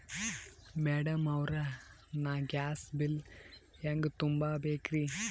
Madam ಅವ್ರ, ನಾ gas bill ಹೆಂಗ ತುಂಬಾ ಬೇಕ್ರಿ?